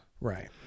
Right